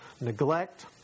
neglect